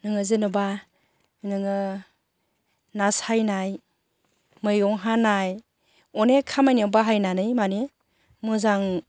नोङो जेन'बा नोङो ना सायनाय मैगं हानाय अनेक खामानियाव बाहायनानै मानि मोजां